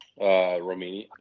Romania